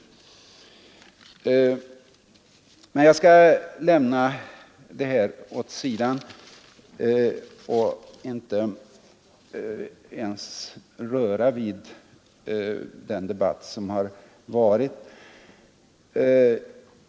Men jag skall lämna detta åt sidan och inte ens röra vid den debatt som varit.